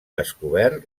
descobert